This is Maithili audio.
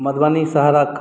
मधुबनी शहरक